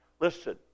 listen